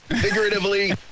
figuratively